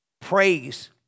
praise